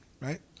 Right